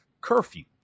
curfew